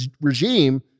regime